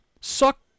Suck